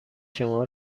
شما